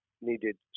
needed